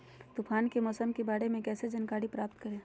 तूफान के मौसम के बारे में कैसे जानकारी प्राप्त करें?